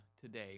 today